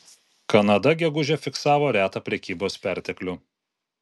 kanada gegužę fiksavo retą prekybos perteklių